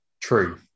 true